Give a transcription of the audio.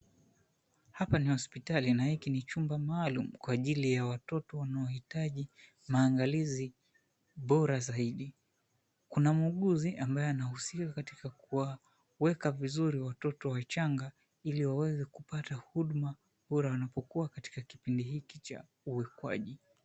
Hapa ni hosipitali na hiki ni chumba maalum kwa ajili ya watoto wanao hitaji maangalizi bora zaidi. Kuna muuguzi anaye anahusika katika kuweka vizuri watoto wachanga hili waweze kupata huduma bora wanapokuwa katika kipindi hiki cha ukoaji.